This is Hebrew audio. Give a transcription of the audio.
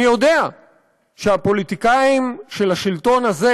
אני יודע שהפוליטיקאים של השלטון הזה